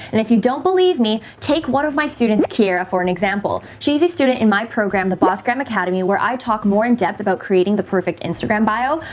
and if you don't believe me, take one of my students here for an example, she's a student in my program, that bossgram academy where i talk more in depth about creating the perfect instagram bio,